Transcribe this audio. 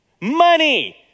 Money